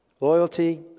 Loyalty